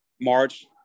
March